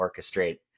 Orchestrate